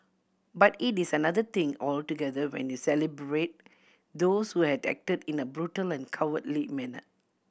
but it is another thing altogether when you celebrate those who had acted in a brutal and cowardly manner